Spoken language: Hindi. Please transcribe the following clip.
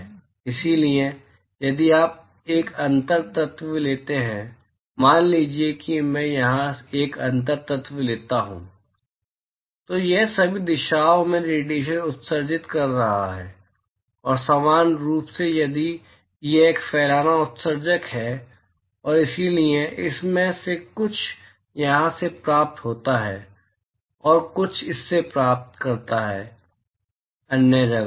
इसलिए यदि आप एक अंतर तत्व लेते हैं मान लीजिए कि मैं यहां एक अंतर तत्व लेता हूं तो यह सभी दिशाओं में रेडिएशन उत्सर्जित कर रहा है और समान रूप से यदि यह एक फैलाना उत्सर्जक है और इसलिए इसमें से कुछ यहां से प्राप्त होता है और कुछ इसे प्राप्त करता है अन्य जगह